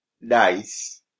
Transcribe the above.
Nice